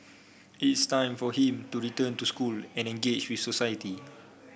it's time for him to return to school and engage with society